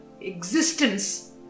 existence